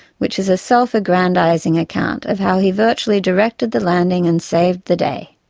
which is a self-aggrandising account of how he virtually directed the landing and saved the day.